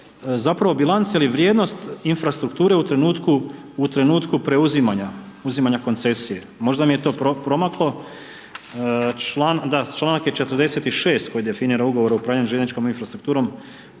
zapravo bilanca ili vrijednost infrastrukture u trenutku preuzimanja koncesije, možda mi je to promaklo, da, članak je 46. koji definira ugovor o upravljanju željezničkom infrastrukturom